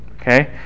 Okay